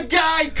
guy